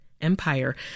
empire